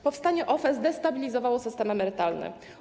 Powstanie OFE zdestabilizowało system emerytalny.